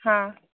ಹಾಂ